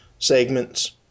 segments